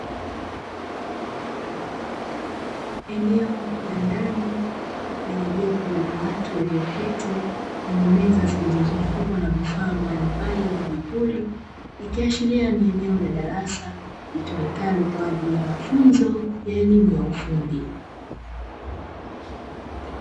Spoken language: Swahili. Eneo la ndani lenye jopo la watu walioketi yenye meza zilizozungukwa na vifaa mbalimbali na vipuli, ikiashiria ni eneo la darasa litumikalo kwa ajili ya mafunzo ya elimu ya ufundi.